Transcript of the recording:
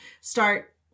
start